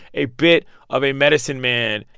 a bit of a medicine man.